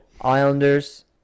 Islanders